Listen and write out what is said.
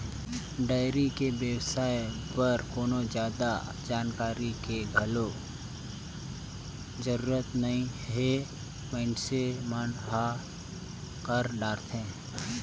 dairy के बेवसाय बर कोनो जादा जानकारी के घलोक जरूरत नइ हे मइनसे मन ह कर डरथे